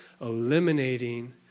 eliminating